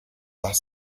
bus